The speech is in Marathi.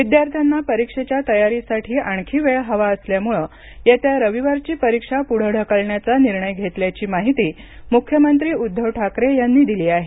विद्यार्थ्यांना परीक्षेच्या तयारीसाठी आणखी वेळ हवा असल्यामुळे येत्या रविवारची परीक्षा पुढं ढकलण्याचा निर्णय घेतल्याची माहिती मुख्यमंत्री उद्दव ठाकरे यांनी दिली आहे